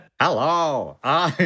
Hello